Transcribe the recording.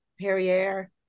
Perrier